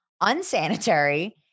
unsanitary